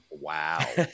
Wow